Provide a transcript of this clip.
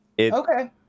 okay